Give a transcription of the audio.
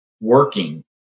working